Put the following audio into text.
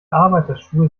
arbeiterschuhe